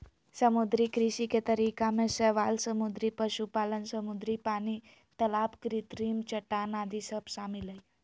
समुद्री कृषि के तरीका में शैवाल समुद्री पशुपालन, समुद्री पानी, तलाब कृत्रिम चट्टान आदि सब शामिल हइ